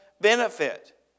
benefit